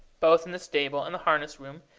both in the stable and the harness-room,